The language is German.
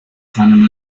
seinem